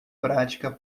prática